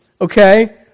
okay